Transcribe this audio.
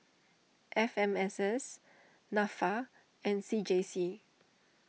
F M S S Nafa and C J C